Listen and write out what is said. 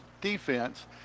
defense